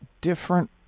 different